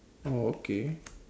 oh okay